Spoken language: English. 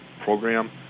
program